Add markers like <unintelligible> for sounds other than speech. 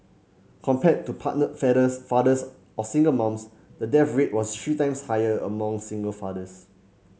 compared to partnered <unintelligible> fathers or single moms the death rate was three times higher among single fathers